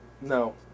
No